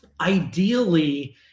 ideally